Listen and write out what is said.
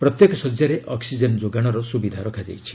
ପ୍ରତ୍ୟେକ ଶଯ୍ୟାରେ ଅକ୍ସିଜେନ୍ ଯୋଗାଣର ସୁବିଧା ରଖାଯାଇଛି